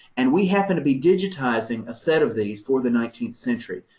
and we happen to be digitizing a set of these for the nineteenth century.